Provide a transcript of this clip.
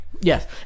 Yes